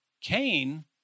Cain